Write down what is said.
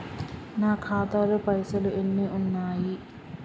నా ఖాతాలో పైసలు ఎన్ని ఉన్నాయి?